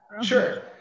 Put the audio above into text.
Sure